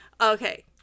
Okay